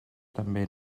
també